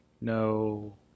No